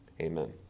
Amen